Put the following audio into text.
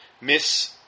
Miss